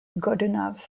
godunov